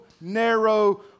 narrow